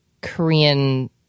Korean